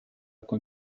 con